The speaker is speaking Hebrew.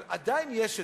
אבל עדיין יש.